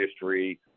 history